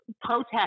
protest